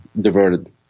diverted